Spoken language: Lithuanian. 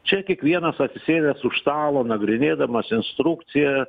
čia kiekvienas atsisėdęs už stalo nagrinėdamas instrukciją